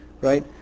right